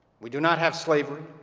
we do not have slavery.